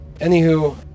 Anywho